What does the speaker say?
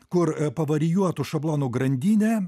kur pavarijuotų šablonų grandinė